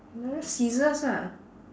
scissors ah